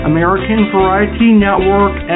AmericanVarietyNetwork